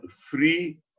free